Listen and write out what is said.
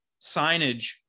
signage